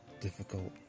difficult